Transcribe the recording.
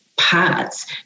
parts